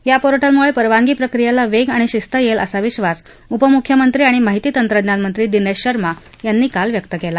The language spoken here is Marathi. या पोर्टलमुळे परवानगी प्रक्रियेला वेग आणि शिस्त येईल असा विश्वास उपमुख्यमंत्री आणि माहिती तंत्रज्ञान मंत्री दिनेश शर्मा यांनी काल व्यक्त केला